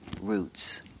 roots